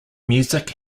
music